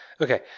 Okay